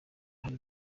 hari